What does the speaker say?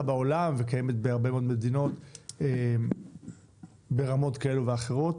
בעולם וקיימת בהרבה מאוד מדינות ברמות כאלו ואחרות,